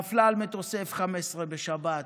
נפלה על מטוסי F-15 בשבת,